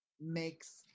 makes